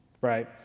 right